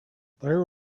there